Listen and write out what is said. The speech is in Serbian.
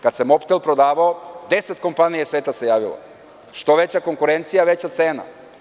Kad se prodavao „Mobtel“ 10 kompanija sveta se javilo, što veća konkurencija veća cena.